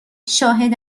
شاهد